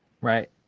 right